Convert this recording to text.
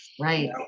Right